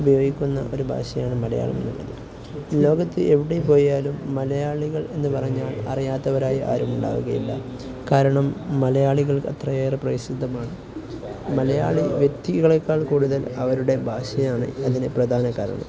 ഉപയോഗിക്കുന്ന ഒരു ഭാഷയാണ് മലയാളമെന്നുള്ളത് ലോകത്ത് എവിടെ പോയാലും മലയാളികളെന്ന് പറഞ്ഞാൽ അറിയാത്തവരായി ആരും ഉണ്ടാവുകയില്ല കാരണം മലയാളികൾ അത്രയേറെ പ്രസിദ്ധമാണ് മലയാളി വ്യക്തികളെക്കാൾ കൂടുതൽ അവരുടെ ഭാഷയാണ് അതിന് പ്രധാന കാരണം